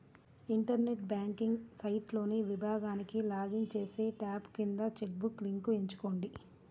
internet banking సైట్లోని విభాగానికి login చేసి, ట్యాబ్ కింద చెక్ బుక్ లింక్ ఎంచుకోండి